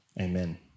Amen